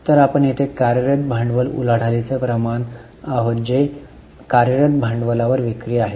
तर आपण येथे कार्यरत भांडवल उलाढालीचे प्रमाण आहोत जे कार्यरत भांडवलावर विक्री आहे